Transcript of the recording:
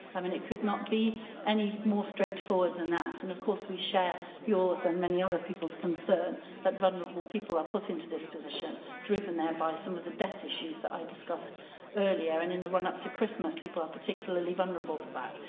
i mean it could not be any more straightforward than that. and, sort of course, we share yours and many other people's concern that vulnerable people are put into this position, driven there by some of the debt issues that i discussed earlier. and in the run-up to christmas, people are particularly vulnerable to that.